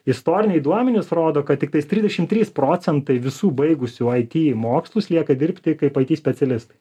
istoriniai duomenys rodo kad tiktais trisdešim trys procentai visų baigusių it mokslus lieka dirbti kaip it specialistai